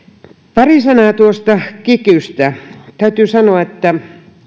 pari sanaa tuosta kikystä täytyy sanoa että